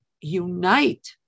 unite